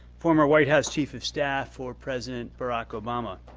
former white house chief of staff for president barack obama.